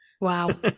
Wow